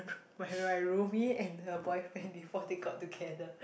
my my roomy and her boyfriend before they got together